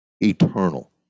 Eternal